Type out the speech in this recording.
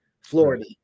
Florida